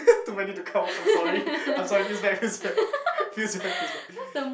too many to count I'm sorry I'm sorry feels bad feels bad feels bad feels bad